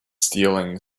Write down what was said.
stealing